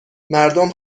مردم